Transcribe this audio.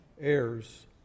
heirs